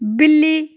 ਬਿੱਲੀ